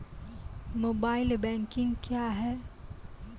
Mobile banking क्या हैं?